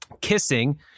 kissing